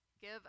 Give